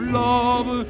love